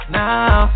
now